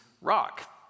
rock